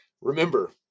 remember